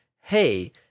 hey